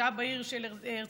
זה היה בעיר הרצליה,